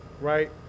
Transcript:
right